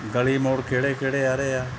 ਗਲੀ ਮੋੜ ਕਿਹੜੇ ਕਿਹੜੇ ਆ ਰਹੇ ਆ